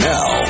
Now